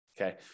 okay